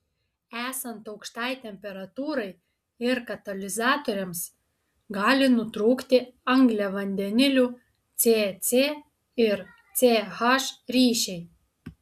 esant aukštai temperatūrai ir katalizatoriams gali nutrūkti angliavandenilių c c ir c h ryšiai